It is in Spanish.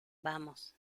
vamos